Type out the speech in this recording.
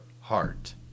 heart